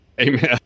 Amen